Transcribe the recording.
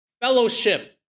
fellowship